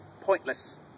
Pointless